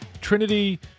Trinity